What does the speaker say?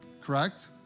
Correct